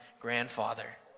grandfather